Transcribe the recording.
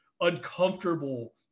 uncomfortable